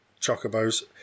Chocobos